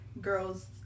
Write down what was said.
girls